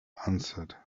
answered